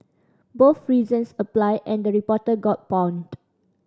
both reasons apply and the reporter got pawned